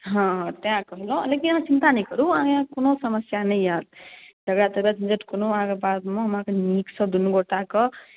हँ तैँ कहलहुँ लेकिन अहाँ चिंता नहि करू अहाँकेँ कोनो समस्या नहि आयत कोनो तरहक झञ्झट कोनो अहाँके बादमे हम अहाँकेँ नीकसँ दुनू गोटाएकेँ